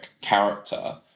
character